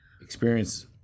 experience